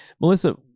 Melissa